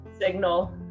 signal